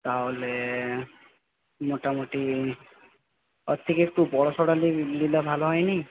তাহলে মোটামোটি তার থেকে একটু বড়ো সড়ো নি নিলে ভালো হয়নি